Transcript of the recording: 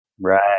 Right